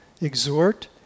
exhort